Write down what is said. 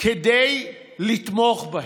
כדי לתמוך בהם,